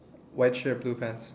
white shirt blue pants